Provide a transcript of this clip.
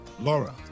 Laura